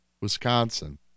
wisconsin